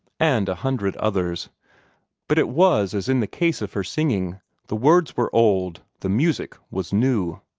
and a hundred others but it was as in the case of her singing the words were old the music was new.